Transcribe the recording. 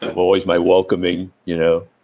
ah always my welcoming, you know,